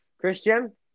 Christian